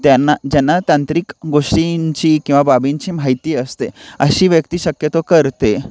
त्यांना ज्यांना तांत्रिक गोष्टींची किंवा बाबींची माहिती असते अशी व्यक्ती शक्यतो करते